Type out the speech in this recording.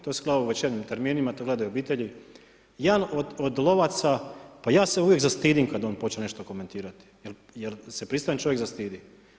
To je … večernjim terminima, to gledaju obitelji. jedan od lovaca, pa ja se uvijek zastidim kad on počne nešto komentirati jer se pristojan čovjek zastidi.